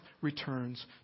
returns